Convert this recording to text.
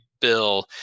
bill